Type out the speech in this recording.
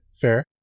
fair